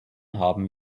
haben